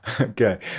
Okay